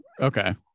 Okay